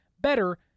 better